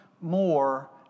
more